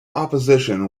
opposition